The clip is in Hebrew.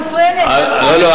הוא הפריע לי, לא, לא.